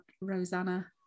Rosanna